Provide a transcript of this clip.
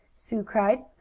sue cried.